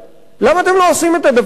למה אתם לא עושים את הדבר הפשוט?